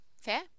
Fair